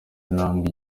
intambwe